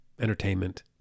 entertainment